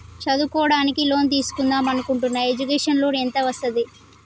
చదువుకోవడానికి లోన్ తీస్కుందాం అనుకుంటున్నా ఎడ్యుకేషన్ లోన్ ఎంత వస్తది?